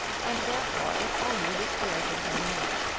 and therefore it only dispirited her more.